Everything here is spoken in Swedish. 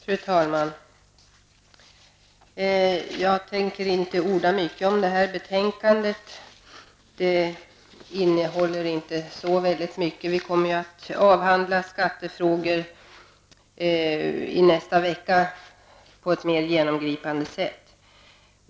Fru talman! Jag tänker inte orda mycket om det här betänkandet. Det innehåller inte så mycket. Vi kommer att avhandla skattefrågor i nästa vecka på ett mera genomgripande sätt.